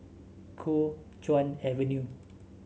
Kuo Chuan Avenue